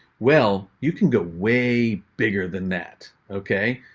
well, you can go way bigger than that. okay?